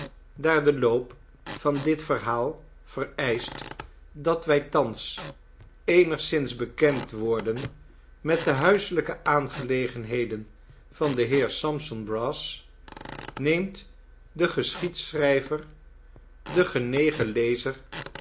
daar de loop van dit verhaal vereischt dat wij thans eenigszins bekend worden met de huiselijke aangelegenheden van den heer sampson brass neemt de geschiedschrijver den